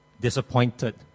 Disappointed